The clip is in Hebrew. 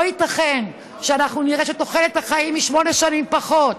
לא ייתכן שאנחנו נראה שתוחלת החיים היא שמונה שנים פחות,